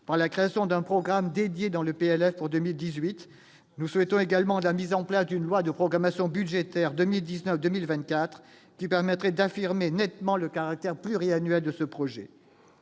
par la création d'un programme dédié dans le PLF pour 2018, nous souhaitons également la mise en place d'une loi de programmation budgétaire 2019, 2024 qui permettrait d'affirmer nettement le caractère pluriannuel de ce projet,